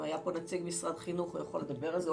אם היה פה נציג משרד החינוך הוא היה יכול לדבר על זה.